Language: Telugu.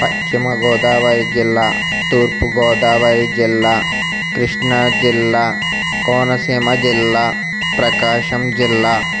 పశ్చిమగోదావరి జిల్లా తూర్పుగోదావరి జిల్లా కృష్ణాజిల్లా కోనసీమ జిల్లా ప్రకాశం జిల్లా